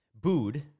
booed